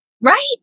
Right